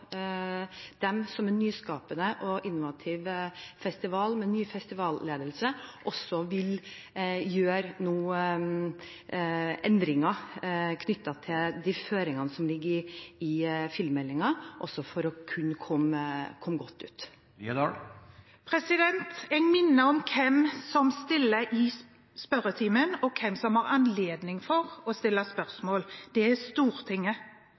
som er ny festivalledelse for en nyskapende og innovativ festival, nå vil gjøre endringer knyttet til de føringene som ligger i filmmeldingen, også for å kunne komme godt ut. Jeg minner om hvem som stiller i spørretimen, og hvem som har anledning til å stille spørsmål. Det er Stortinget.